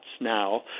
now